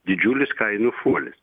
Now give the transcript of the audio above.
didžiulis kainų šuolis